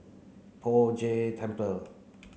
Poh Jay Temple